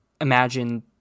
imagine